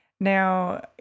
Now